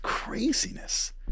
craziness